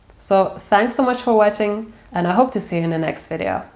so, thanks so much for watching and i hope to see you in the next video.